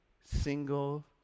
single